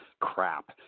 crap